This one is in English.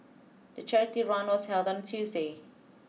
the charity run was held on Tuesday